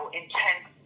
intense